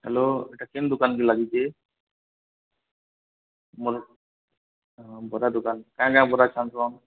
hello ଏଇଟା କିନ୍ ଦୋକାନକୁ ଲାଗିଛି ବରା ଦୋକାନ କାଁ କାଁ ବରା ଛାଣୁଛ